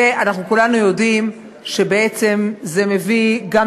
ואנחנו כולנו יודעים שבעצם זה מביא גם